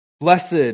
Blessed